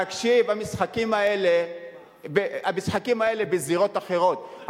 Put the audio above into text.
תקשיב, המשחקים האלה בזירות אחרות.